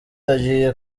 agiye